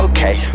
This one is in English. Okay